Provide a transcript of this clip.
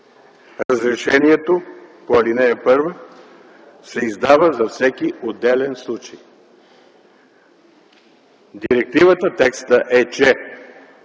„Разрешението по ал. 1 се издава за всеки отделен случай.” В директивата текстът е, че